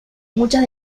muchas